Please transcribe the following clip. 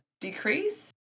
decrease